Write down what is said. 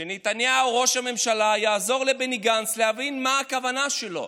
שנתניהו ראש הממשלה יעזור לבני גנץ להבין מה הכוונה שלו,